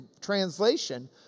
translation